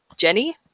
Jenny